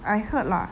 I heard lah